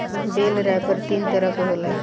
बेल wrapper तीन तरह के होला